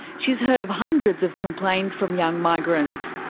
she's heard of hundreds of complaints from young migrants.